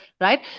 Right